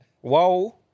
whoa